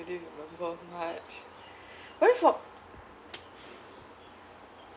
really remember much what if for